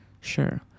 Sure